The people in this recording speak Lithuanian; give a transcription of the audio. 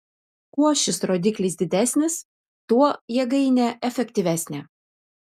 kuo šis rodiklis didesnis tuo jėgainė efektyvesnė